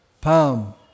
palm